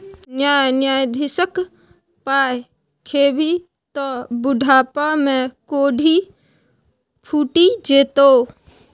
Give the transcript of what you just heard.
न्यास निधिक पाय खेभी त बुढ़ापामे कोढ़ि फुटि जेतौ